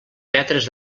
metres